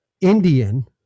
indian